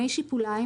מי שיפוליים,